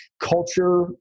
Culture